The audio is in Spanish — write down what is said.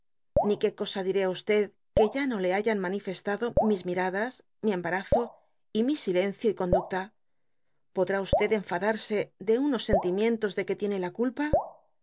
ni que oosa diré á f que ya no le hayan maniestado mis miradas mi embarazo y mi silencio y conducta podra enfadarse de irnos sentimientos de jue tiene la culpa